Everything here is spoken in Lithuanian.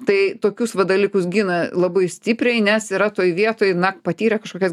tai tokius dalykus gina labai stipriai nes yra toj vietoj na patyrę kažkokias